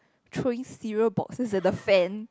trace zero boxes at the fan